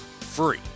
free